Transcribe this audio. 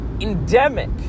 endemic